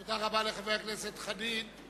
תודה רבה לחבר הכנסת חנין.